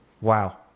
Wow